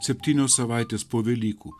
septynios savaitės po velykų